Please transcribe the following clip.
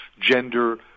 gender